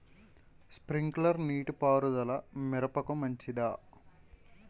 Sprinkler నీటిపారుదల మిరపకు మంచిదా?